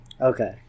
Okay